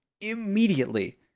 immediately